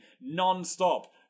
non-stop